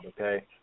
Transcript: okay